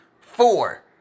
Four